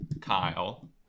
Kyle